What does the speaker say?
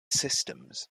systems